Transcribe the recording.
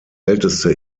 älteste